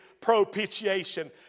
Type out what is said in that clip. propitiation